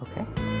Okay